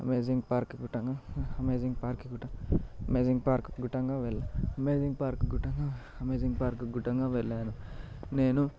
amazing park కూడానూ amazing park కూడా amazing park కూడానూ అమేజింగ్ పార్క్ కూడానూ అమేజింగ్ పార్క్ కూడానూ వెళ్ళాను నేను